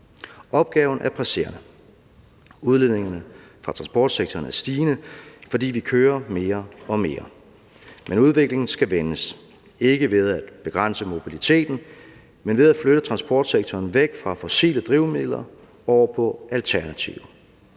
Opgaven er presserende. Udledningerne fra transportsektoren er stigende, fordi vi kører mere og mere. Den udvikling skal vendes – ikke ved at begrænse mobiliteten, men ved at flytte transportsektoren væk fra fossile drivmidler og over på alternative.